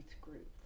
group